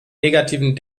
negativen